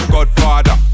Godfather